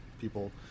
people